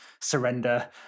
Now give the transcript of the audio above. surrender